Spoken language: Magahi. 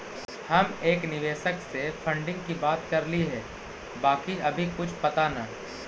हम एक निवेशक से फंडिंग की बात करली हे बाकी अभी कुछ पता न